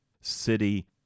city